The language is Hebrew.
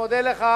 אני מודה לך.